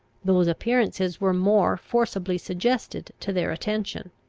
those appearances were more forcibly suggested to their attention.